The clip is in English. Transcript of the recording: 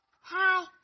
Hi